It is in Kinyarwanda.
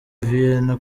vienna